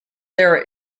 their